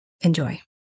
Enjoy